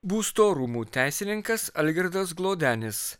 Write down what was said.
būsto rūmų teisininkas algirdas glodenis